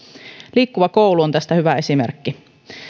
liikkuva koulu on tästä hyvä esimerkki